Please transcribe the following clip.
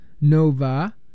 Nova